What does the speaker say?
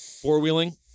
four-wheeling